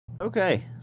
okay